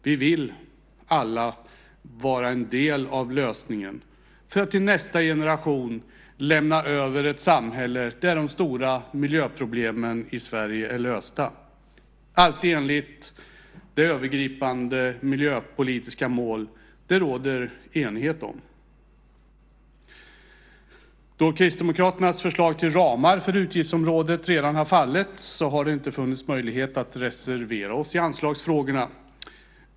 Vi vill alla vara en del av lösningen för att till nästa generation kunna lämna över ett samhälle där de stora miljöproblemen i Sverige är lösta, allt enligt det övergripande miljöpolitiska mål som det råder enighet om. Då Kristdemokraternas förslag till ramar för utgiftsområdet redan har fallit har det inte funnits möjlighet för oss att reservera oss i anslagsfrågorna.